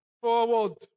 forward